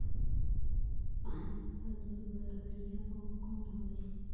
पानी पलोय बर बढ़िया पम्प कौन हवय?